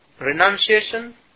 renunciation